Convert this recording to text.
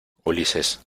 ulises